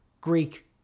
Greek